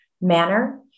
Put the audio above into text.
manner